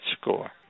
score